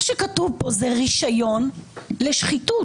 מה שכתוב פה זה רישיון לשחיתות.